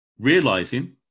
realizing